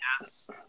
yes